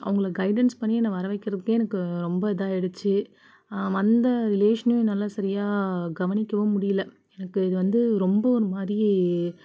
அவங்கள கைடன்ஸ் பண்ணியே நான் வர வைக்கறதுக்கே எனக்கு ரொம்ப இதாகிடுச்சி வந்த ரிலேஷனையும் என்னால் சரியாக கவனிக்கவும் முடியலை எனக்கு இது வந்து ரொம்ப ஒரு மாதிரி